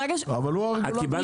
לא קיבלנו